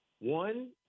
One